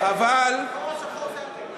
אבל, החור השחור זה אתם.